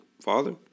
father